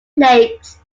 lakes